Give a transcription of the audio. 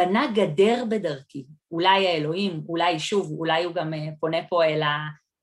פנה גדר בדרכי, אולי האלוהים, אולי שוב, אולי הוא גם פונה פה